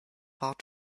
heart